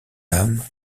l’âme